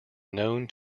known